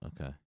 okay